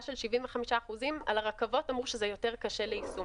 של 75% על הרכבות אמרו שזה יותר קשה ליישום.